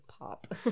pop